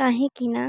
କାହିଁକିନା